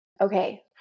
okay